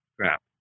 crap